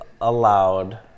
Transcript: allowed